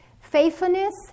Faithfulness